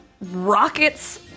rockets